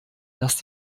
dass